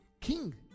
king